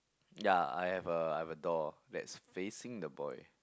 ya I have a I have a doll that's facing the boy